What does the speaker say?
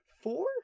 four